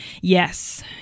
Yes